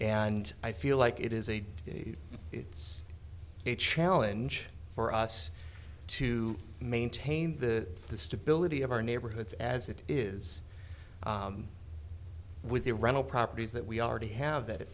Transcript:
and i feel like it is a it's a challenge for us to maintain the stability of our neighborhoods as it is with the rental properties that we already have